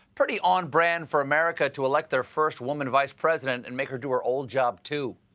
pretty on brand for america to elect their first woman vice president and make her do her old job too.